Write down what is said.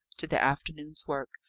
to the afternoon's work,